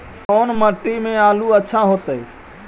कोन मट्टी में आलु अच्छा होतै?